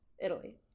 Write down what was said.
Italy